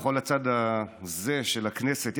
בכל הצד הזה של הכנסת,